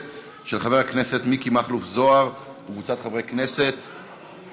הצעת חוק לתיקון פקודת מס הכנסה (מס' 248),